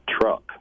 truck